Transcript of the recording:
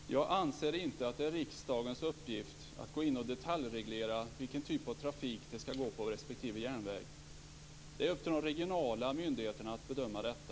Fru talman! Jag anser inte att det är riksdagens uppgift att gå in och detaljreglera vilken typ av trafik som skall gå på respektive järnväg. Det är upp till de regionala myndigheterna att bedöma detta.